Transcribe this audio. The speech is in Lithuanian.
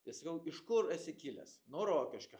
tai sakau iš kur esi kilęs nuo rokiškio